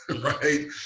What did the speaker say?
Right